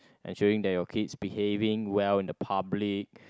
ensuring that your kids behaving well in the public